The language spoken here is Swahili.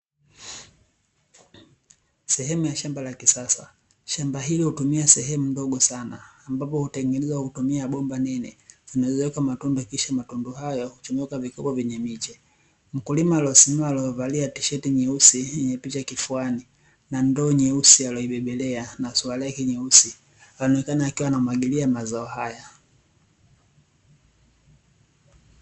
sehemu ya shamba la kisasa, shamba hilo hutumia sehemu ndogo sana ambapo hutengenezwa kwa kutumia bomba nene zinazoweka matundu, kisha matundu hayo huchomekwa vikopo vyenye miche, mkulima alosimama alovavalia tisheti nyeusi yenye picha kifuani na ndoo nyeusi aliyoibebelea na suruali yake nyeusi anaonekana akiwa anamwagilia mazao haya.